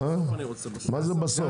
מה זה בסוף?